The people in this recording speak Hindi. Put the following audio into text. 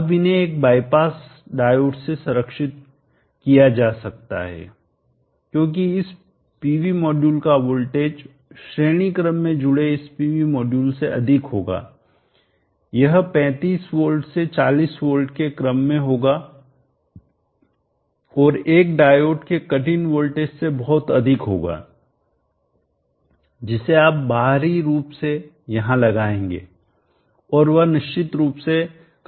अब इन्हें एक बाईपास डायोड से संरक्षित किया जा सकता है क्योंकि इस पीवी मॉड्यूल का वोल्टेज श्रेणी क्रम में जुड़े इस पीवी मॉड्यूल से अधिक होगा यह 35 वोल्ट से 40 वोल्ट के क्रम में होगा और यह एक डायोड के कट इन वोल्टेज से बहुत अधिक होगा जिसे आप बाहरी रूप से यहां लगाएंगे और वह निश्चित रूप से काम करेगा